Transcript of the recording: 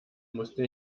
musste